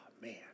man